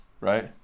right